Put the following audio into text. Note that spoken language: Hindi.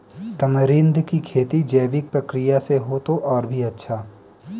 तमरींद की खेती जैविक प्रक्रिया से हो तो और भी अच्छा